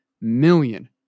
million